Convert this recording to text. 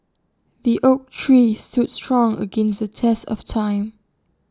the oak tree stood strong against the test of time